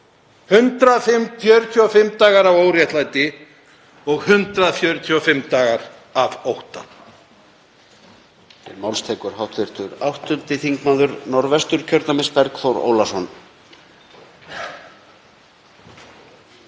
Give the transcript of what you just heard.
145 dagar af óréttlæti og 145 dagar af ótta.